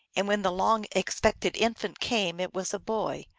and when the long-expected infant came it was a boy,